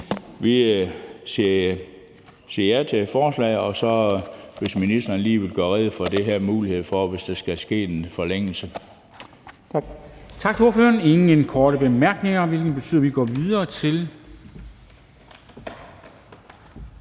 vi siger ja til forslaget. Og så vil jeg bede ministeren om lige at gøre rede for den her mulighed for, at der kan ske en forlængelse. Tak.